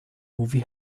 movie